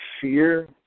fear